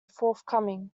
forthcoming